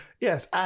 Yes